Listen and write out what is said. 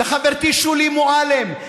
לחברתי שולי מועלם,